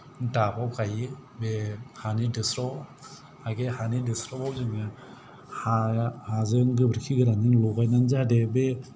दाबआव गायो बे हानि दोस्रावआव आवगाय हानि दोस्रावआव जोङो हाजों गोबोरखि गोरानजों लगायनानै जाहाथे बे